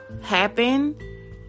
happen